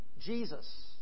Jesus